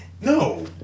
No